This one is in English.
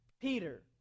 Peter